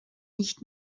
nicht